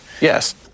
Yes